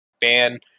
ban